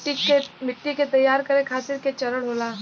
मिट्टी के तैयार करें खातिर के चरण होला?